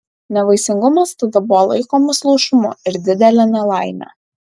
nevaisingumas tada buvo laikomas luošumu ir didele nelaime